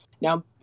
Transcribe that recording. Now